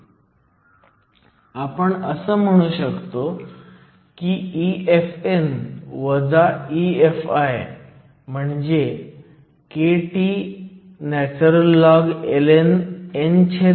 मी फक्त युनिट्स लिहित नाही परंतु सर्व काही eV मध्ये आहे आपण आता p क्षेत्रासाठी तेच करू शकतो